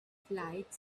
flight